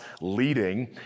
leading